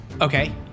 Okay